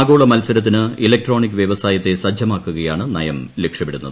ആഗോള മത്സരത്തിന് ഇലക്ട്രോണിക് വ്യവസായത്തെ സജ്ജമാക്കുകയാണ് നയം ലക്ഷ്യമിടുന്നത്